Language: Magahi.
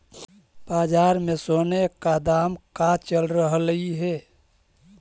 बाजार में सोने का दाम का चल रहलइ हे